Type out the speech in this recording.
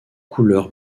couleur